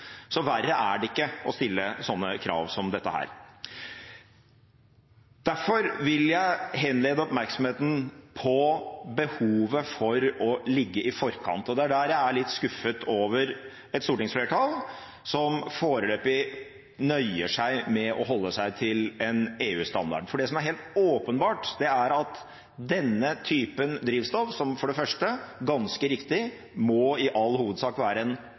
Så verre er det ikke å stille sånne krav som dette. Derfor vil jeg henlede oppmerksomheten på behovet for å ligge i forkant, og det er der jeg er litt skuffet over et stortingsflertall som foreløpig nøyer seg med å holde seg til en EU-standard. For det som er helt åpenbart, er at denne typen drivstoff, som for det første – ganske riktig – i all hovedsak må være en